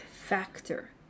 factor